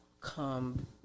come